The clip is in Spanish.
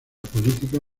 política